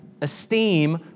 esteem